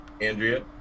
Andrea